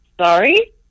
sorry